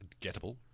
gettable